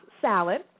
salad